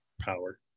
power